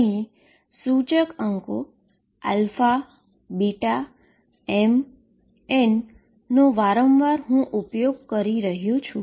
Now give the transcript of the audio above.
અહી હું indices α βmn નો વારંવાર ઉપયોગ કરી રહ્યો છું